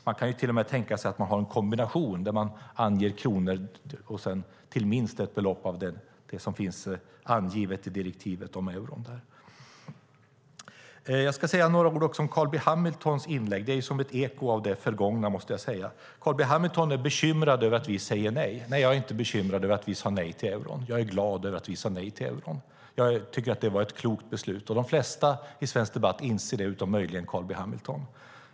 Man kan till och med tänka sig en kombination där man anger kronor till minst det belopp som finns angivet i direktivet i euro. Jag ska säga några ord om Carl B Hamiltons inlägg. Det är som ett eko av det förgångna, måste jag säga. Carl B Hamilton är bekymrad över att vi säger nej. Nej, jag är inte bekymrad över att vi sade nej till euron. Jag är glad över att vi sade nej till euron. Jag tycker att det var ett klokt beslut, och de flesta i svensk debatt inser det, utom möjligen Carl B Hamilton.